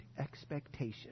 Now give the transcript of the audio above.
expectation